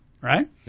Right